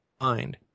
find